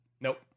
nope